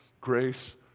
Grace